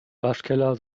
waschkeller